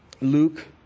Luke